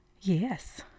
Yes